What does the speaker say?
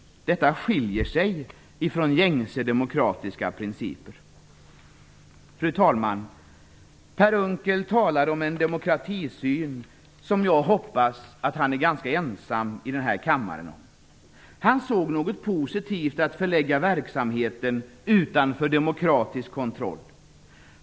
Detta skiljer sig från gängse demokratiska principer. Herr talman! Per Unckel talade om en demokratisyn som jag hoppas att han är ganska ensam om i den här kammaren. Han såg något positivt i att förlägga verksamheten utanför demokratisk kontroll.